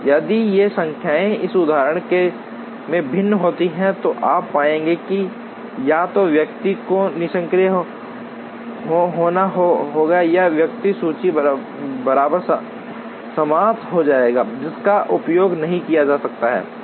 यदि ये संख्याएँ इस उदाहरण में भिन्न होती हैं तो आप पाएंगे कि या तो व्यक्ति को निष्क्रिय होना होगा या व्यक्ति सूची बनाकर समाप्त हो जाएगा जिसका उपभोग नहीं किया जा सकता है